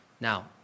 Now